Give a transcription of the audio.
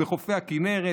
בחופי הכינרת,